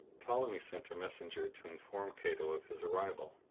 ptolemy sent a messenger to inform cato of his arrival,